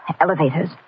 Elevators